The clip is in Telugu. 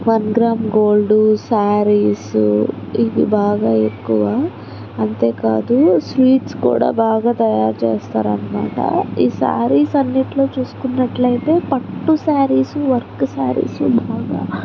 వన్ గ్రామ్ గోల్డ్ శారీస్ ఇవి బాగా ఎక్కువ అంతేకాదు స్వీట్స్ కూడా బాగా తయారు చేస్తారు అనమాట ఈ శారీస్ అన్నిట్లో చూసుకున్నట్లయితే పట్టు శారీస్ వర్క్ శారీస్ బాగా